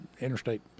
interstate